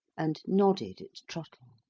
and nodded at trottle.